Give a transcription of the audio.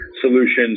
solutions